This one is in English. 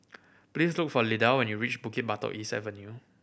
please look for Lyda when you reach Bukit Batok East Avenue